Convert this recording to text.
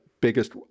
biggest